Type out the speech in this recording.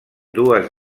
dues